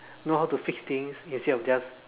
know how to fix things instead of just